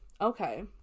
okay